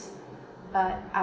but uh